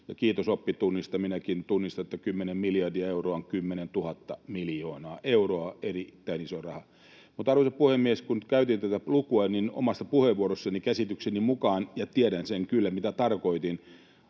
Kiitos oppitunnista. Minäkin tunnistan, että 10 miljardia euroa on 10 000 miljoonaa euroa, erittäin iso raha. Mutta, arvoisa puhemies, käytin tätä lukua omassa puheenvuorossani käsitykseni mukaan ja tiedän sen kyllä, mitä tarkoitin.